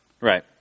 Right